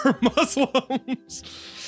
Muslims